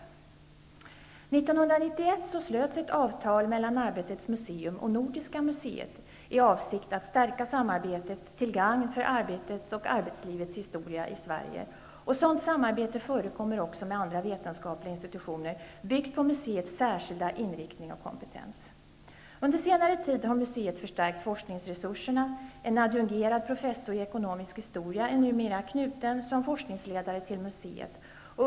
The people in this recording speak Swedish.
Nordiska museet i avsikten att stärka samarbetet till gagn för arbetets och arbetslivets historia i Sverige. Ett sådant samarbete förekommer också med andra vetenskapliga institutioner byggd på museets särskilda inriktning och kompetens. Under senare tid har museet förstärkt forskningsresurserna. En adjungerad professor i ekonomisk historia är numera knuten som forskningsledare till museet.